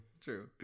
True